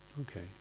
okay